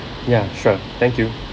ya sure thank you